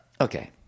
Okay